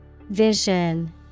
Vision